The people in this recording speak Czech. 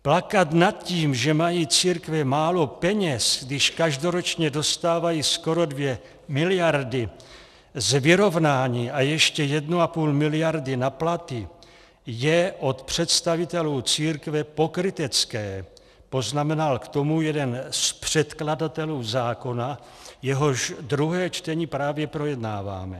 Plakat nad tím, že mají církve málo peněz, když každoročně dostávají skoro 2 miliardy z vyrovnání a ještě 1,5 miliardy na platy, je od představitelů církve pokrytecké, poznamenal k tomu jeden z předkladatelů zákona, jehož druhé čtení právě projednáváme.